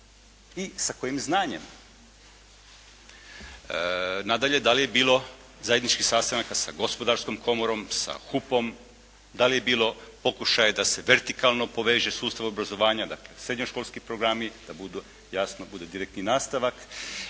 i sa kojim znanjem. Nadalje, da li je bilo zajedničkih sastanaka sa Gospodarskom komorom, sa HUP-om, da li je bilo pokušaja da se vertikalno poveže sustav obrazovanja, dakle srednjoškolski programi da budu, jasno bude direktni nastavak.